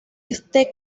este